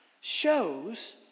shows